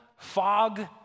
Fog